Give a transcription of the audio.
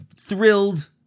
thrilled